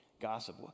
Gossip